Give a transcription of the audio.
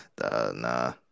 nah